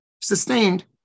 sustained